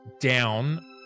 down